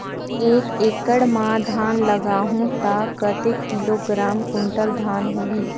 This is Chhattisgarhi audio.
एक एकड़ मां धान लगाहु ता कतेक किलोग्राम कुंटल धान होही?